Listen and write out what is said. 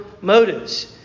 motives